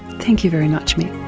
thank you very much mic.